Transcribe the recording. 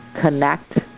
connect